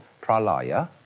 pralaya